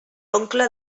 oncle